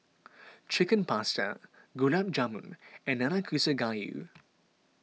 Chicken Pasta Gulab Jamun and Nanakusa Gayu